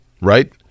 right